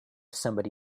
somebody